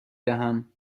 دهم